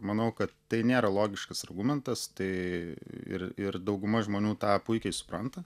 manau kad tai nėra logiškas argumentas tai ir ir dauguma žmonių tą puikiai supranta